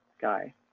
guy